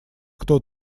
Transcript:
кто